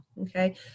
okay